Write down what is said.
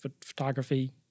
photography